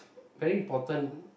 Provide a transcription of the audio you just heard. very important